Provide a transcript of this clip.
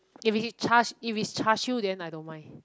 if is char-si~ if is char-siew then I don't mind